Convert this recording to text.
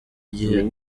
igihe